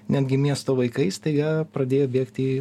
netgi miesto vaikai staiga pradėjo bėgti į